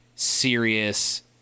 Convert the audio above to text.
serious